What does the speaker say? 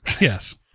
Yes